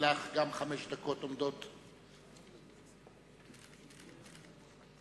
גם לרשותך עומדות חמש דקות.